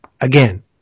Again